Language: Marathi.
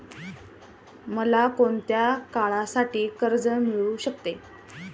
मला कोणत्या काळासाठी कर्ज मिळू शकते?